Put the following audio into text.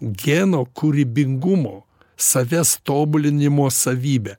geno kūrybingumo savęs tobulinimo savybę